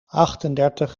achtendertig